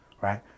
right